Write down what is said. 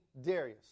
Darius